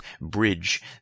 bridge